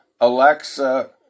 Alexa